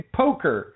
poker